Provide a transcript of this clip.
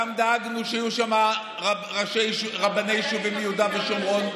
גם דאגנו שיהיו שם רבני יישובים מיהודה ושומרון.